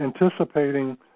anticipating